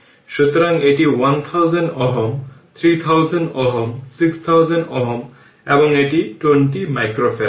সুতরাং এটি 1000 ohm 3000 ohm 6000 ohm এবং এটি 20 মাইক্রোফ্যারাড এটি 10 মাইক্রো ফ্যারাড